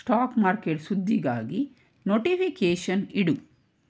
stock market ಸುದ್ದಿಗಾಗಿ notification ಇಡು